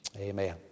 Amen